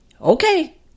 Okay